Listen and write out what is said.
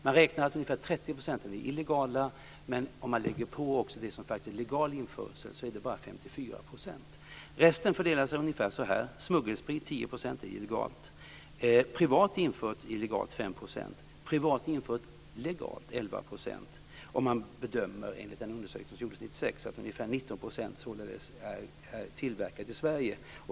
Man räknade med att ca 30 % var illegal sprit. Resten fördelades ungefär så här: illegal smuggelsprit 10 %, privat införd illegal sprit 5 %, privat införd legal sprit 11 %. Enligt undersökningen från 1996 bedömde man att ca 19 % av den konsumerade spriten var tillverkad i Sverige.